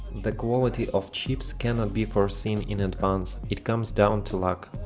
the quality of chips can not be foreseen in advance, it comes down to luck.